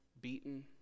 beaten